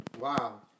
wow